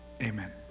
amen